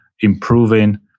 improving